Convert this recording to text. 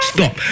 Stop